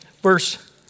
verse